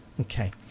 Okay